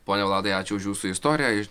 pone vladai ačiū už jūsų istoriją iš